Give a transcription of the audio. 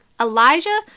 Elijah